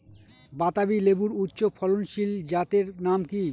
বাতাবি লেবুর উচ্চ ফলনশীল জাতের নাম কি?